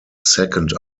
second